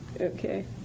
Okay